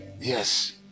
yes